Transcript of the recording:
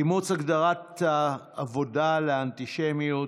אימוץ הגדרת העבודה לאנטישמיות